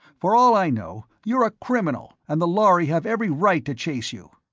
for all i know, you're a criminal and the lhari have every right to chase you!